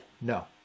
no